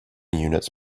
units